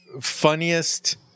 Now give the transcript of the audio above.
funniest